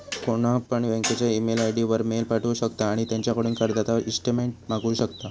कोणपण बँकेच्या email ID वर मेल पाठवु शकता आणि त्यांच्याकडून कर्जाचा ईस्टेटमेंट मागवु शकता